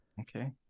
Okay